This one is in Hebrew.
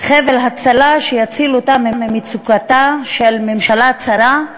חבל הצלה שיציל אותה ממצוקתה של ממשלה צרה,